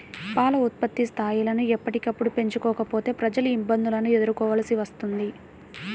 పాల ఉత్పత్తి స్థాయిలను ఎప్పటికప్పుడు పెంచుకోకపోతే ప్రజలు ఇబ్బందులను ఎదుర్కోవలసి వస్తుంది